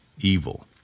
evil